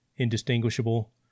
indistinguishable